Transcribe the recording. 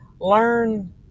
learn